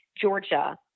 Georgia